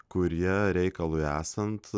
kurie reikalui esant